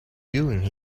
doing